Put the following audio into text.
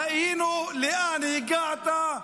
ראינו לאן הגעת,